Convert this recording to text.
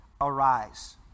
arise